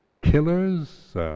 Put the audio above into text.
killers